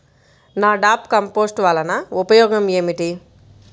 NADEP compost వలన ఉపయోగం ఏమిటి?